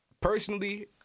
personally